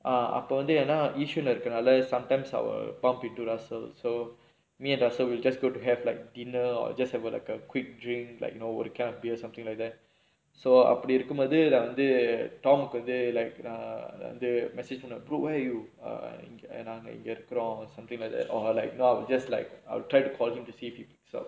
ah அப்ப வந்து ஏன்னா:appa vanthu yaennaa eeswan lah இருக்கனால:irukkanaala sometimes so me and russel we'll just go to have like dinner or just have a like a quick drink like you know what the kind of beer or something like that so அப்படி இருக்குமோது நா வந்து:appadi irukkumothu naa vanthu tom வந்து:vanthu like நா வந்து:naa vanthu message in the group where are you and I'm like நாங்க இங்க இருக்குறோம்:naanga inga irukkurom or something like that or like you know just like I'll try to call him to see if he picks up